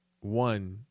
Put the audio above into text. one